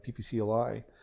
PPCLI